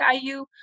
IU